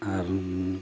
ᱟᱨ